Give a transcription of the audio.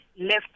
left